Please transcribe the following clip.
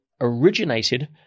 originated